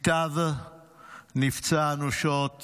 ייטב נפצע אנושות